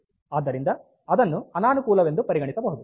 ಆದ್ದರಿಂದ ಅದನ್ನು ಅನಾನುಕೂಲವೆಂದು ಪರಿಗಣಿಸಬಹುದು